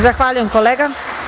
Zahvaljujem kolega.